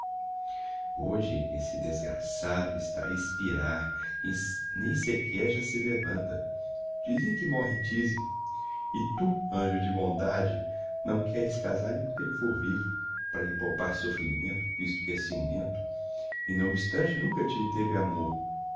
hoje esse desgraçado está a expirar nem sequer já se levanta dizem que morre tisico e tu anjo de bondade não queres casar emquanto elle fôr vivo para lhe poupar soffrimento visto que é ciumento e não obstante nunca te teve amor